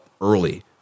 early